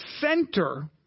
center